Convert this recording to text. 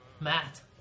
Matt